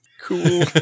Cool